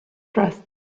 trusted